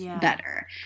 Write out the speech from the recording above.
better